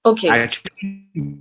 Okay